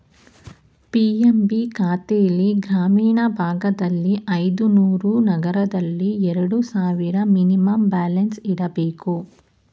PMB ಖಾತೆಲ್ಲಿ ಗ್ರಾಮೀಣ ಭಾಗದಲ್ಲಿ ಐದುನೂರು, ನಗರದಲ್ಲಿ ಎರಡು ಸಾವಿರ ಮಿನಿಮಮ್ ಬ್ಯಾಲೆನ್ಸ್ ಇಡಬೇಕು